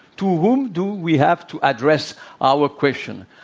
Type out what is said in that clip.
to ah whom do we have to address our question?